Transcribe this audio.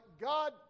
God